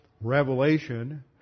revelation